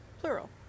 plural